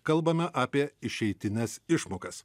kalbame apie išeitines išmokas